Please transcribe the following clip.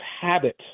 habit